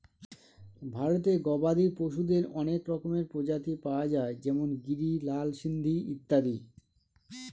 ভারতে গবাদি পশুদের অনেক রকমের প্রজাতি পাওয়া যায় যেমন গিরি, লাল সিন্ধি ইত্যাদি